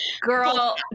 girl